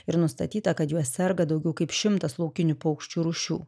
ir nustatyta kad juo serga daugiau kaip šimtas laukinių paukščių rūšių